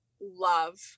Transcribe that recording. love